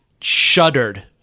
shuddered